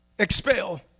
expel